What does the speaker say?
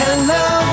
Hello